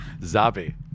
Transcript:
Zabi